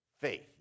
faith